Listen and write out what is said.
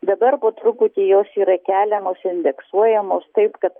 dabar po truputį jos yra keliamos indeksuojamos taip kad